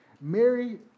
Mary